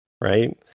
Right